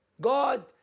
God